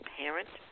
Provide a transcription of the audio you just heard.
parent